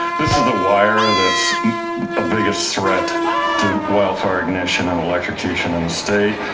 this is the wire that's a biggest threat to wildfire ignition and electrocution in the state.